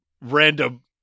random